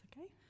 okay